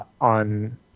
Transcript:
on